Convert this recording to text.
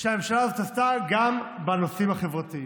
שהממשלה הזאת עשתה גם בנושאים החברתיים,